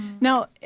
Now